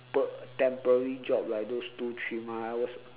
temporary job like those two three uh hours